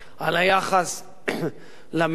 על היחס למיעוטים,